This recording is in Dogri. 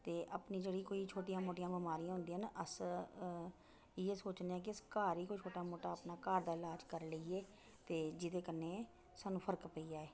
ते अपनी जेह्ड़ी कोई छोटियां मोटियां बमारियां होंदियां न अस इ'यै सोचने कि अपने घर ई कोई छोटा मोटा घर दा इलाज करी लेइये ते जेह्दे कन्नै सानूं फर्क पेई जाए